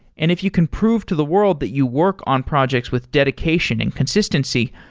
and if you can prove to the world that you work on projects with dedication and consistency,